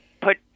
put